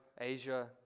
Asia